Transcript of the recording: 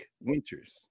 winters